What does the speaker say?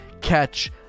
catch